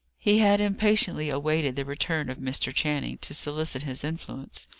he had impatiently awaited the return of mr. channing, to solicit his influence.